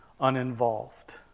uninvolved